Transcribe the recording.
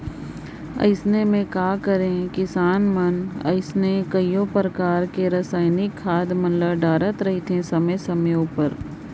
अइसे में का करें किसान मन अइसने कइयो परकार कर रसइनिक खाद मन ल डालत रहथें समे समे उपर